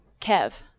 Kev